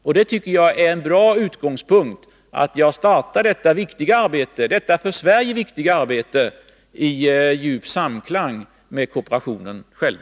Jag tycker det är en bra utgångspunkt att jag startar detta för Sverige viktiga arbete i djup samklang med kooperationen själv.